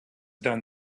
done